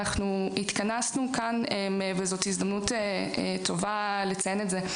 אנחנו התכנסנו כאן וזאת הזדמנות טובה לציין את זה.